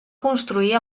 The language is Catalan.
construir